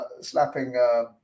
slapping